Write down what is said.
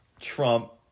Trump